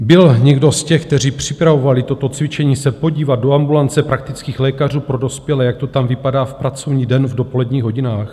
Byl se někdo z těch, kteří připravovali toto cvičení, podívat do ambulance praktických lékařů pro dospělé, jak to tam vypadá v pracovní den v dopoledních hodinách?